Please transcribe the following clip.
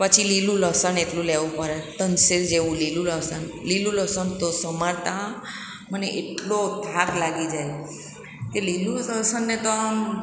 પછી લીલું લસણ એટલું લેવું પડે ત્રણ શેર જેવું લીલું લસન લીલું લસણ તો સમારતાં મને એટલો થાક લાગી જાય એ લીલું લસનને તો આમ